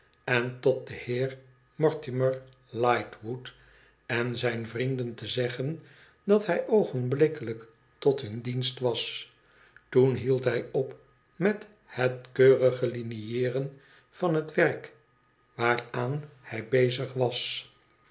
en tot den heer mortimer lightwood en zijne vrienden te zeggen dat hij oogenblikkelijk tot hun dioist was toen hield hij op met het keurige linieeren van het werk waaraan hij bezig was